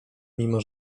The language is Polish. mimo